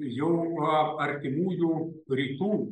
jau artimųjų rytų